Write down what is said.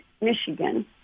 Michigan